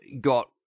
got